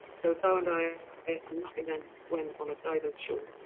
so thou and i are nothing then, when on a divers shore.